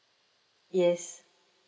yes